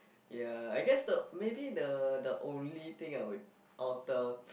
ya I guess the maybe the the only thing I would alter